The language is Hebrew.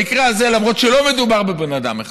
במקרה הזה, למרות שלא מדובר בבן אדם אחד,